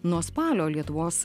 nuo spalio lietuvos